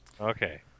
Okay